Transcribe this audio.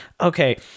okay